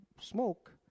smoke